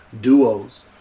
duos